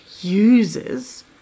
uses